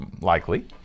likely